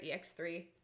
EX3